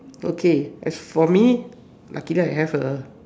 okay as for me luckily I have a